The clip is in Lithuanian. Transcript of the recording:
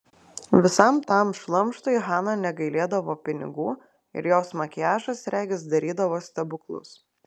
visam tam šlamštui hana negailėdavo pinigų ir jos makiažas regis darydavo stebuklus